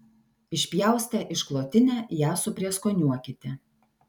išpjaustę išklotinę ją suprieskoniuokite